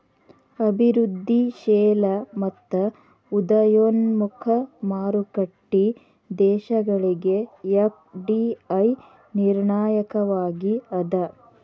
ಅಭಿವೃದ್ಧಿಶೇಲ ಮತ್ತ ಉದಯೋನ್ಮುಖ ಮಾರುಕಟ್ಟಿ ದೇಶಗಳಿಗೆ ಎಫ್.ಡಿ.ಐ ನಿರ್ಣಾಯಕವಾಗಿ ಅದ